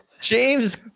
James